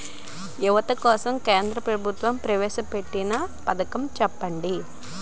యువత కోసం కేంద్ర ప్రభుత్వం ప్రవేశ పెట్టిన పథకం చెప్పండి?